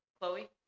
Chloe